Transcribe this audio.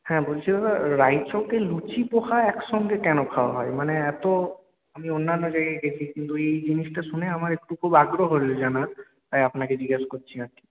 হ্যাঁ বলছি দাদা রায়চকে লুচি পোহা একসঙ্গে কেন খাওয়া হয় মানে এত আমি অন্যান্য জায়গায় গিয়েছি কিন্তু এই জিনিসটা শুনে আমার একটু খুব আগ্রহ হলো জানার তাই আপনাকে জিজ্ঞেস করছি আরকি